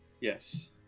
Yes